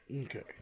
Okay